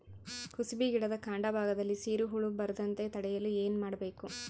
ಕುಸುಬಿ ಗಿಡದ ಕಾಂಡ ಭಾಗದಲ್ಲಿ ಸೀರು ಹುಳು ಬರದಂತೆ ತಡೆಯಲು ಏನ್ ಮಾಡಬೇಕು?